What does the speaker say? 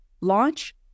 launch